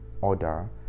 order